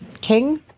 king